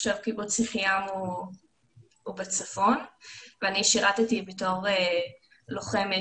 קיבוץ יחיעם הוא בצפון ואני שירתי בתור לוחמת